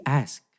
ask